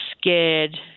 scared